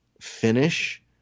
finish